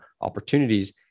opportunities